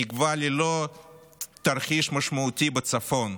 נקבע ללא תרחיש משמעותי בצפון.